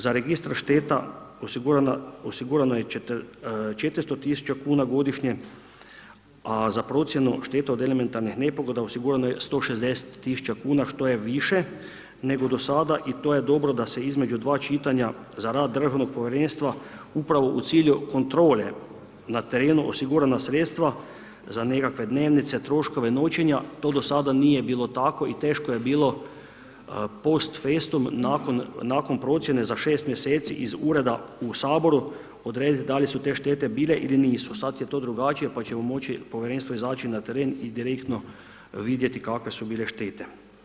Za Registar šteta osigurano je 400 000 godišnje a za procjenu šteta od elementarnih nepogoda osigurano je 160 000 kuna što je više nego do sada i to je dobro da se između dv čitanja za rad državnog povjerenstva upravo u cilju kontrole na terenu osigurana sredstva za nekakve dnevnice, troškove, noćenja, to do sada nije bilo tako i teško je bilo post festum nakon procjene za 6 mj. iz ureda u Saboru odrediti da li su te štete bile ili nisu, sad je to drugačije pa će moći povjerenstvo izaći na teren i direktno vidjeti kakve su bile štete.